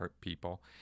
people